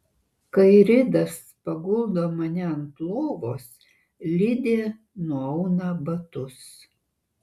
kai ridas paguldo mane ant lovos lidė nuauna batus